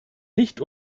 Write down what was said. nicht